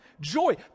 joy